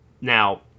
now